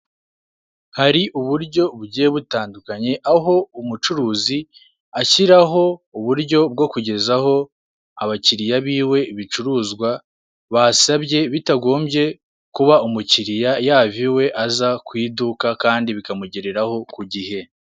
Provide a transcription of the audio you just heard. Hari uburyo bugiye butandukanye aho umucuruzi ashyiraho uburyo bwo kugeza ho abakiriya biwe ibicuruzwa basabye bitagombye kuba umukiriya yava i we, aza ku iduka kandi bikamugereraho ku gihe.